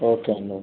okay అండి okay